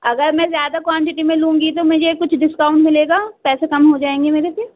اگر میں زیادہ کونٹٹی میں لوں گی تو مجھے کچھ ڈسکاؤنٹ ملے گا پیسے کم ہو جائیں گے میرے پھر